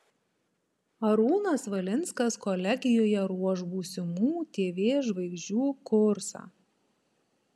arūnas valinskas kolegijoje ruoš būsimų tv žvaigždžių kursą